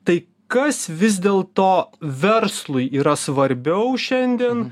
tai kas vis dėlto verslui yra svarbiau šiandien